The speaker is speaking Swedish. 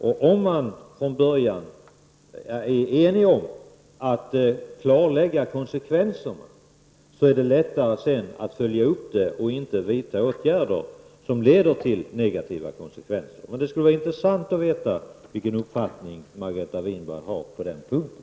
Om man från början är enig om att klarlägga konsekvenserna blir de lättare att följa upp, så att inte åtgärder vidtas som leder till negativa konsekvenser. Det skulle vara intressant att få veta vilken uppfattning Margareta Winberg har på den punkten.